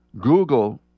Google